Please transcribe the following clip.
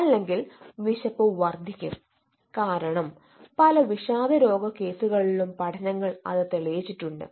അല്ലെങ്കിൽ വിശപ്പ് വർദ്ധിക്കും കാരണം പല വിഷാദ രോഗ കേസുകളിലും പഠനങ്ങൾ അത് തെളിയിച്ചിട്ടുണ്ട്